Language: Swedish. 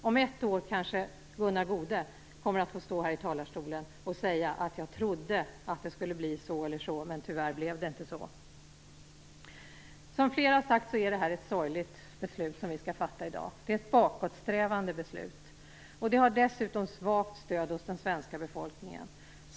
Om ett år kanske Gunnar Goude kommer att få stå här i talarstolen och säga att han trodde att det skulle bli på ett visst sätt men att det tyvärr inte blev så. Som flera talare har sagt är det ett sorgligt beslut som vi skall fatta i dag. Det är ett bakåtsträvande beslut. Det har dessutom ett svagt stöd hos den svenska befolkningen.